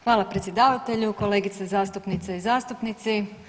Hvala predsjedavatelju, kolegice zastupnice i zastupnici.